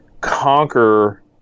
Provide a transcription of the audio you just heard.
conquer